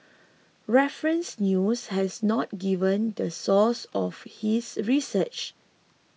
Reference News has not given the source of his research